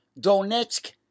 Donetsk